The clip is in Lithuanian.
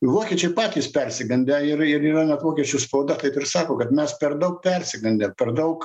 vokiečiai patys persigandę ir ir yra net vokiečių spauda kaip ir sako kad mes per daug persigandę per daug